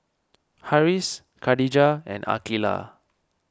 Harris Khadija and Aqeelah